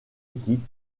équipe